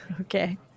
Okay